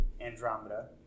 Andromeda